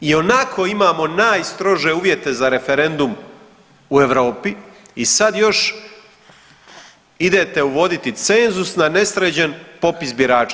Ionako imamo najstrože uvjete za referendum u Europi i sad još idete uvoditi cenzus na nesređen popis birača.